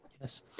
Yes